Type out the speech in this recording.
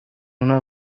آنها